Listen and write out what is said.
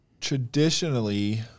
traditionally